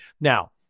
Now